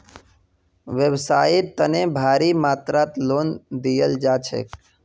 व्यवसाइर तने भारी मात्रात लोन दियाल जा छेक